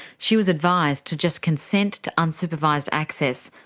she was advised to just consent to unsupervised access,